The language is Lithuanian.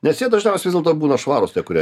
nes jie dažniausiai vis dėlto būna švarūs tie kurie